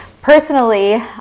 Personally